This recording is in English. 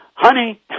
Honey